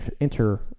enter